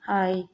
ꯍꯥꯏ